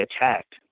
attacked